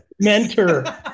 mentor